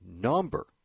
number